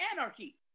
anarchy